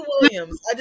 Williams